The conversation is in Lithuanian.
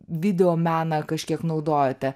videomeną kažkiek naudojote